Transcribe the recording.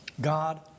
God